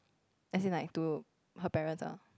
as in like to her parents ah